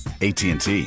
ATT